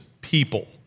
people